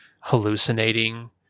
hallucinating